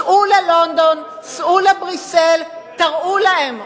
סעו ללונדון, סעו לבריסל, תראו להם.